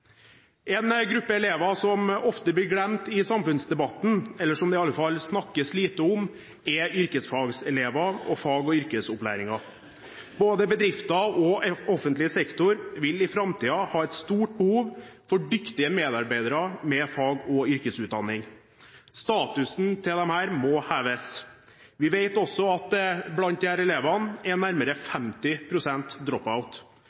En gruppe elever som ofte blir glemt i samfunnsdebatten – eller som det i alle fall snakkes lite om – er yrkesfagelevene og fag- og yrkesopplæringen. Både bedrifter og offentlig sektor vil i framtiden ha et stort behov for dyktige medarbeidere med fag- og yrkesutdanning. Statusen til disse må heves. Vi vet også at det blant disse elevene er nærmere